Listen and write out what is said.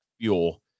fuel